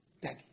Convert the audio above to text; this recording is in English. Daddy